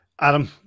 Adam